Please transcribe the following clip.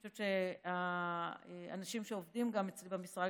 אני חושבת שהאנשים שעובדים אצלי במשרד,